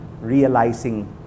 realizing